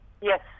Yes